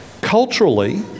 Culturally